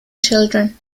children